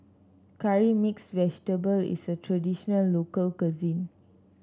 Curry Mixed Vegetable is a traditional local cuisine